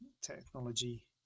technology